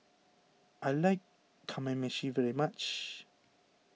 I like Kamameshi very much